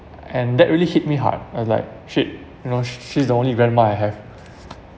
and that really hit me hard I was like shit you know she's the only grandma I have